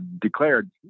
declared